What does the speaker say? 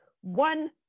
one